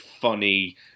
funny